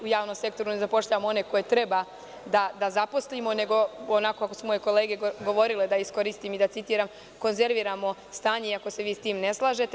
U javnom sektoru ne zapošljavamo one koje treba da zaposlimo, nego onako kako su moje kolege govorile, da iskoristim i citiram – konzerviramo stanje, iako se vi s tim ne slažete.